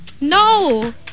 No